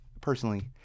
personally